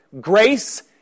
Grace